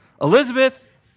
Elizabeth